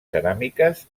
ceràmiques